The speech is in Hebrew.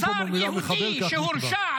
אבל יש הבדל --- לכן הם מורשעים.